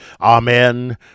Amen